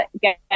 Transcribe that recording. get